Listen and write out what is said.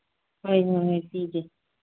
ꯍꯣꯏ ꯍꯣꯏ ꯄꯤꯒꯦ